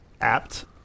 apt